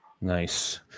Nice